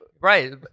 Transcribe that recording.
Right